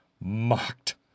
mocked